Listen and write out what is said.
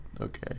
okay